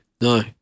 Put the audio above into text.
no